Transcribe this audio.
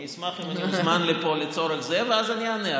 אני אשמח אם אני אוזמן לצורך זה, ואז אני אענה.